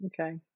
Okay